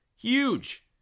Huge